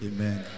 Amen